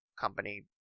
company